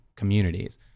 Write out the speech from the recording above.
communities